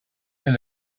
and